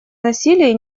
насилие